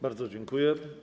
Bardzo dziękuję.